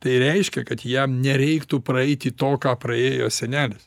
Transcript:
tai reiškia kad jam nereiktų praeiti to ką praėjo senelis